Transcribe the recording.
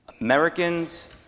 Americans